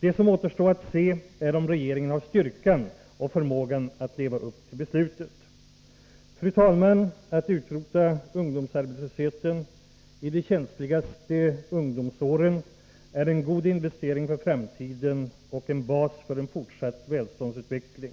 Det som återstår att se är om regeringen har styrkan och förmågan att leva upp till beslutet. Fru talman! Att utrota arbetslösheten bland ungdomar i de känsligaste åren är en god investering för framtiden och en bas för en fortsatt välståndsutveckling.